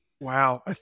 Wow